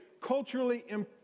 culturally